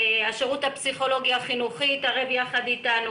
השירות הפסיכולוגי החינוכי התערב יחד אתנו,